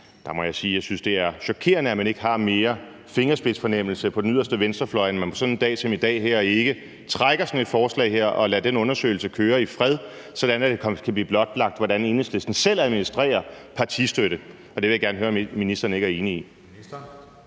Der må jeg sige, at jeg synes, det er chokerende, at man ikke har mere fingerspidsfornemmelse på den yderste venstrefløj, end at man på sådan en dag som i dag ikke trækker sådan et forslag her og lader den undersøgelse køre i fred, sådan at det kan blive blotlagt, hvordan Enhedslisten selv administrerer partistøtte. Og det vil jeg gerne høre om ministeren ikke er enig i.